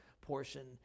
portion